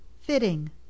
fitting